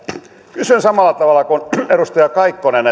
kysyn samalla tavalla kuin edustaja kaikkonen